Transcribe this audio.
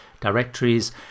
directories